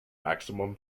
maximum